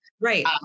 right